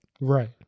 right